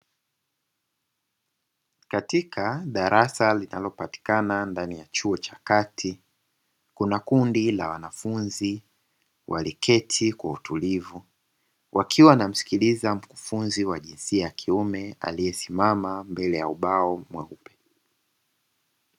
Katika darasa linalopatikana ndani ya chuo cha kati, kuna kundi la wanafunzi waliketi kwa utulivu, wakiwa wanamsikiliza mkufunzi wa jinsia ya kiume aliyesimama mbele ya ubao mweupe.